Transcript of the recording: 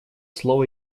слово